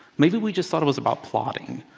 maybe, we just thought it was about plotting.